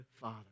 father